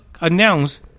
announce